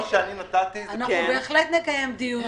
אנחנו בהחלט נקיים דיון.